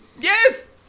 Yes